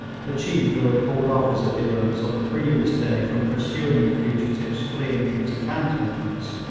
the chief who had called off his adherents on the previous day from pursuing the fugitives fleeing into cantonments.